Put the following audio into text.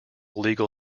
legal